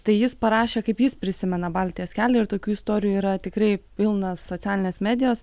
tai jis parašė kaip jis prisimena baltijos kelią ir tokių istorijų yra tikrai pilnos socialinės medijos